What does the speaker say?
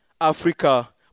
Africa